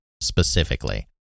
specifically